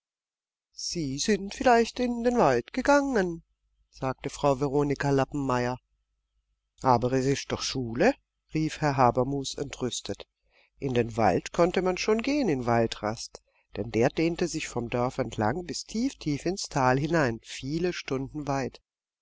sie sind vielleicht in den wald gegangen sagte frau veronika lappenmeyer aber es ist doch schule rief herr habermus entrüstet in den wald konnte man schon gehen in waldrast denn der dehnte sich vom dorf entlang bis tief tief ins tal hinein viele stunden weit